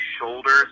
shoulders